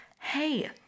hey